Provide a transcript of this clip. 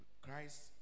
Christ